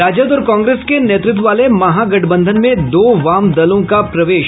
राजद और कांग्रेस के नेतृत्व वाले महागठबंधन में दो वाम दलों का प्रवेश